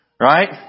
Right